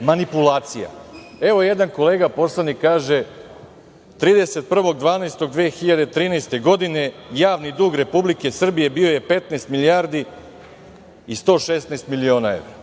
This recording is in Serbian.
manipulacija. Evo, jedan kolega poslanik kaže 31.12.2013. godine javni dug Republike Srbije bio je 15 milijardi i 116 miliona evra,